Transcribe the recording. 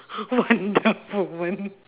wonder woman